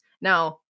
now